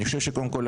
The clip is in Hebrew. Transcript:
אני חושב שקודם כל,